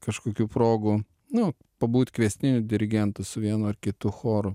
kažkokių progų nu pabūt kviestiniu dirigentu su vienu ar kitu choru